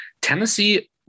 Tennessee –